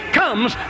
comes